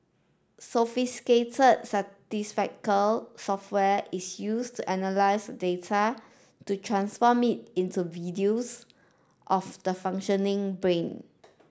sophisticated Statistical software is used to analyse the data to transform it into videos of the functioning brain